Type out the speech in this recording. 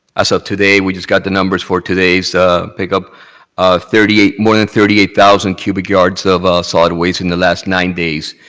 as of today we just got the numbers for today's pickup thirty eight more than thirty eight thousand cubic yards of solid waste in the last nine days,